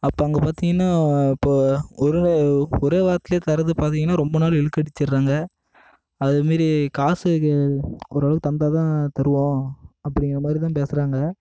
அப்போ அங்கே பார்த்திங்கன்னா இப்போது ஒரு ஒரே வாரத்துலேயே தரதை பார்த்திங்கன்னா ரொம்ப நாள் இழுத்தடிச்சிடுறாங்க அதை மாதிரி காசுக்கு ஓரளவுக்கு தந்தால்தான் தருவோம் அப்படிங்கிற மாதிரி தான் பேசுகிறாங்க